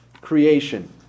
creation